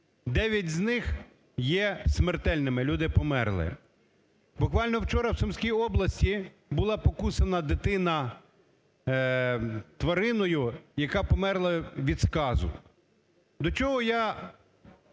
9 з них є смертельними, люди померли. Буквально вчора в Сумській області була покусана дитина твариною, яка померла від сказу. До чого я